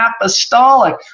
apostolic